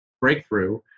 breakthrough